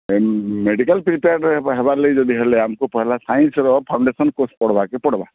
medical prepare ହେବାର ଲାଗି ଯଦି ହେଲେ ଆମକୁ ପେହେଲା ସାଇନ୍ସର ଫାଉଣ୍ଡେସନ୍ କୋର୍ସ ପଢ଼ବାକେ ପଡ଼ବା